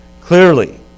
Clearly